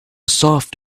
soft